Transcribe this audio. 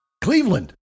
Cleveland